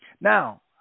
Now